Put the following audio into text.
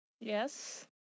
Yes